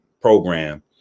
program